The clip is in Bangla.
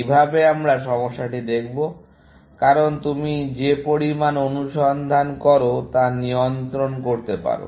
এইভাবে আমরা সমস্যাটি দেখব কারণ তুমি যে পরিমাণ অনুসন্ধান করো তা নিয়ন্ত্রণ করতে পারো